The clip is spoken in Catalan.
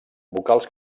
vocals